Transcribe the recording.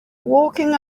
walking